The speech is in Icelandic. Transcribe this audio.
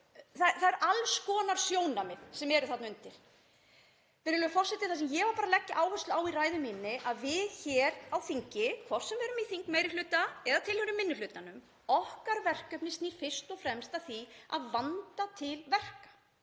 það eru alls konar sjónarmið sem eru þarna undir. Virðulegur forseti. Það sem ég var að leggja áherslu á í ræðu minni er að við hér á þingi, hvort sem við erum í þingmeirihluta eða tilheyrum minni hlutanum, okkar verkefni snýr fyrst og fremst að því að vanda til verka.